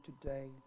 today